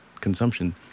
consumption